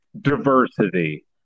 Diversity